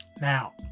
now